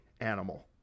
animal